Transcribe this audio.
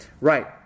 right